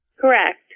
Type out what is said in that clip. Correct